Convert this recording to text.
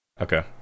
Okay